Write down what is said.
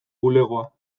bulegoa